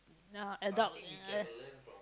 uh adult uh